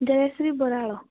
Jayashree Baral